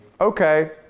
okay